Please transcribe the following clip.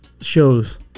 shows